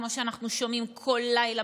כמו שאנחנו שומעים כל לילה,